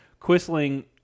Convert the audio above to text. Quisling